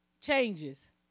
changes